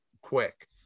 quick